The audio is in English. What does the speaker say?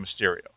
Mysterio